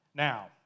Now